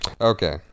Okay